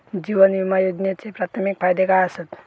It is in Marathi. जीवन विमा योजनेचे प्राथमिक फायदे काय आसत?